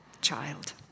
child